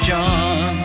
John